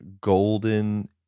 golden